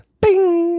bing